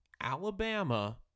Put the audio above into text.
Alabama